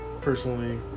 personally